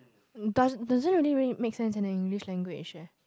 does does it really really make sense as an English language eh